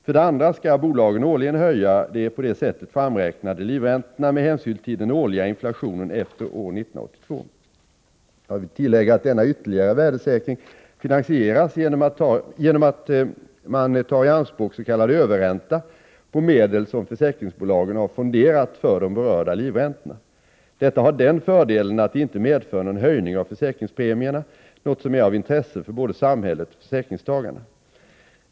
För det andra skall bolagen årligen höja de på det sättet framräknade livräntorna med hänsyn till den årliga inflationen efter år 1982. Jag vill tillägga att denna ytterligare värdesäkring finansieras genom att man tar i anspråk s.k. överränta på medel som försäkringsbolagen har fonderat för de berörda livräntorna. Detta har den fördelen att det inte medför någon höjning av försäkringspremierna, något som är av intresse för både samhället och försäkringstagarna.